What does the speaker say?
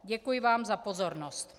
Děkuji vám za pozornost.